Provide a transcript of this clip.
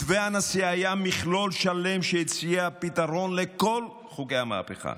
מתווה הנשיא היה מכלול שלם שהציע פתרון לכל חוגי המהפכה.